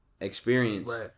experience